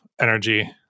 energy